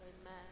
Amen